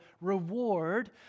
reward